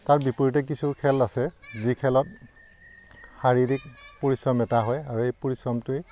তাৰ বিপৰীতে কিছু খেল আছে যি খেলত শাৰীৰিক পৰিশ্ৰম এটা হয় আৰু এই পৰিশ্ৰমটোৱে